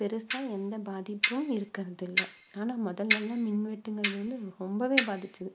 பெரிசா எந்த பாதிப்பும் இருக்கிறது இல்லை ஆனால் முதலெலாம் மின்வெட்டுங்கிறது வந்து ரொம்பவே பாதிச்சுது